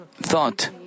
thought